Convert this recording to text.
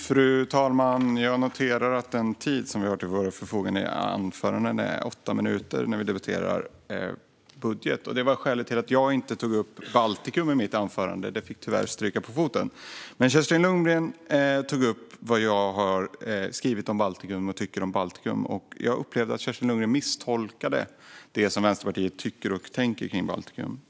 Fru talman! Jag noterar att den tid som vi har till vårt förfogande för våra anföranden är åtta minuter när vi debatterar budgeten. Det var skälet till att jag inte tog upp Baltikum i mitt anförande; det fick tyvärr stryka på foten. Men Kerstin Lundgren tog upp vad jag har skrivit och vad jag tycker om Baltikum. Jag upplevde att Kerstin Lundgren misstolkade det som Vänsterpartiet tycker och tänker om Baltikum.